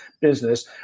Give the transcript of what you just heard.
business